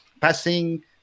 passing